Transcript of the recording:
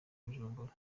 bujumbura